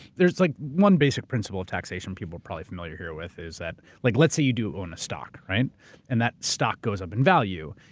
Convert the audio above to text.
there's like one basic principle of taxation people are probably familiar here with is that. like let's say you do own a stock and that stock goes up in value.